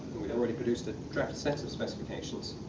we've already produced a draft set of specifications,